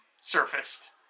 surfaced